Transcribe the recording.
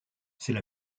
c’est